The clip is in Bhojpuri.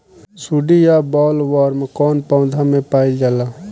सुंडी या बॉलवर्म कौन पौधा में पाइल जाला?